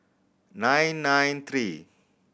nine nine three